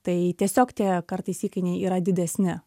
tai tiesiog tie kartais įkainiai yra didesni